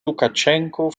lukaschenko